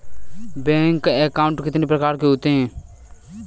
Bank account कितने प्रकार के होते हैं?